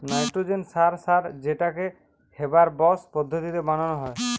nitrogen সার সার যেটাকে হেবার বস পদ্ধতিতে বানানা হয়